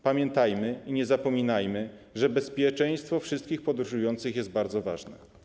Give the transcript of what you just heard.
Pamiętajmy i nie zapominajmy, że bezpieczeństwo wszystkich podróżujących jest bardzo ważne.